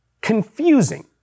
confusing